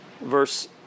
verse